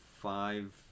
five